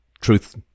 truth